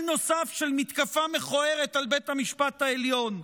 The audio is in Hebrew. נוסף של מתקפה מכוערת על בית המשפט העליון?